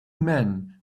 men